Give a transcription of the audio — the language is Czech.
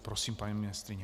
Prosím, paní ministryně.